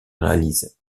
réalise